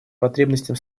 потребностям